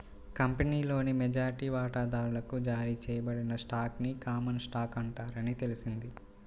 కంపెనీలోని మెజారిటీ వాటాదారులకు జారీ చేయబడిన స్టాక్ ని కామన్ స్టాక్ అంటారని తెలిసింది